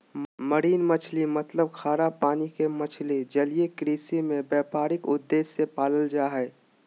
marine मछली मतलब खारा पानी के मछली जलीय कृषि में व्यापारिक उद्देश्य से पालल जा हई